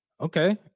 Okay